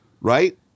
right